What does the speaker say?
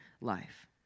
life